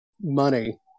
money